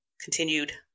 continued